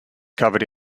covered